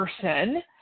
person